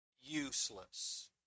useless